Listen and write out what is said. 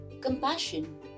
Compassion